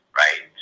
right